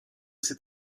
ses